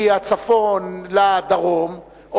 מהצפון לדרום,